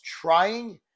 trying